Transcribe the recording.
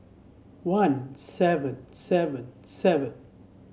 one seven seven seven